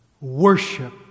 Worship